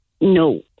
No